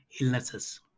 illnesses